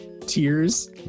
tears